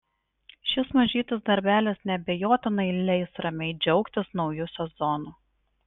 šis mažytis darbelis neabejotinai leis ramiai džiaugtis nauju sezonu